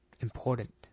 important